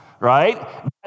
right